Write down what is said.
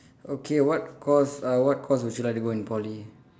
okay what course uh what course would you like to go in Poly